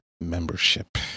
membership